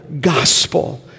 gospel